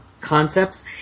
concepts